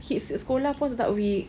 skip skip sekolah pun tetap weak